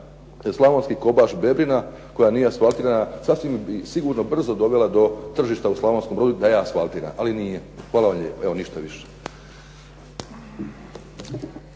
Slavonski Kobaš-Bebina, koja nije asfaltirana, sasvim bi sigurno brzo dovela do tržišta u Slavonskom Brodu da je asfaltirana, ali nije. Hvala vam lijepa. Evo ništa više.